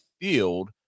field